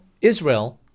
Israel